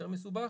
יותר מסובך.